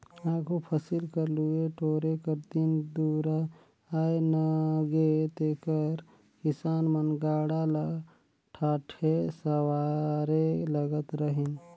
आघु फसिल कर लुए टोरे कर दिन दुरा आए नगे तेकर किसान मन गाड़ा ल ठाठे सवारे लगत रहिन